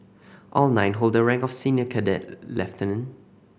all nine hold the rank of senior cadet lieutenant